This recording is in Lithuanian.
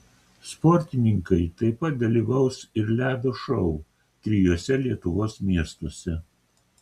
sportininkai taip pat dalyvaus ir ledo šou trijuose lietuvos miestuose